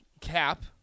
cap